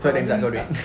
so dia minta kau duit